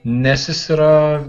nes jis yra